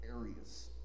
areas